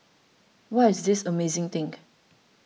what is this amazing think